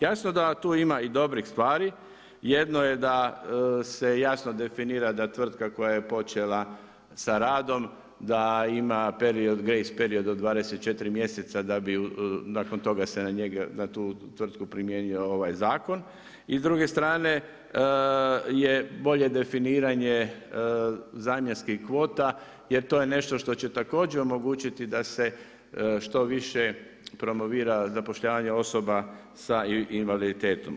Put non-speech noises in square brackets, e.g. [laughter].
Jasno da tu ima i dobrih stvari, jedno je da se jasno definira da tvrtka koja je počela s radom, da ima period … [unintelligible] period od 24 mjeseca, da bi se na tu tvrtku primijenio ovaj zakon i s druge strane je bolje definiranje zamjenskih kvota, jer to je nešto što će također omogućiti da se što više promovira zapošljavanje osoba s invaliditetom.